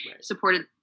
supported